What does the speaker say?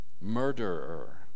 murderer